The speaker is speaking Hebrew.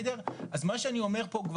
אז מה שאני אומר פה,